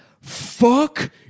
fuck